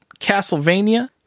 Castlevania